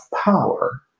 power